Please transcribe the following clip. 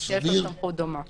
יש לו סמכות דומה למה שמוצע פה.